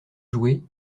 jouer